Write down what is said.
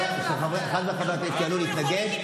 כשאחד מחברי הכנסת יעלה להתנגד,